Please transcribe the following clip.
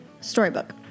Storybook